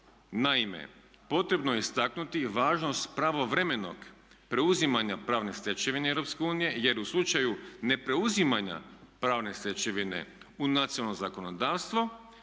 Naime, potrebno je istaknuti važnost pravovremenog preuzimanja pravne stečevine Europske unije jer u slučaju ne preuzimanja pravne stečevine u nacionalno zakonodavstvo